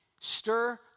Stir